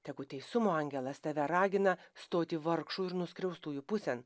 tegu teisumo angelas tave ragina stoti vargšų ir nuskriaustųjų pusėn